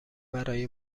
برای